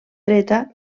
dreta